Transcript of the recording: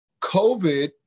COVID